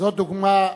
זו דוגמה,